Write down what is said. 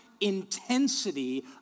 intensity